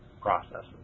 processes